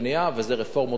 ואלה רפורמות נוספות,